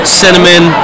cinnamon